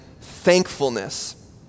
thankfulness